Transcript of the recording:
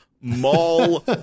mall